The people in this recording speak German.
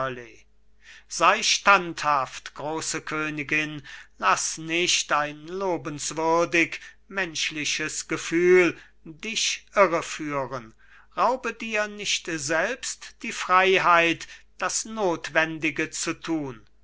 sei standhaft große königin laßt nicht ein lobenswürdig menschliches gefühl dich irreführen raube dir nicht selbst die freiheit das notwendige zu tun